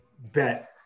bet